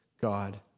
God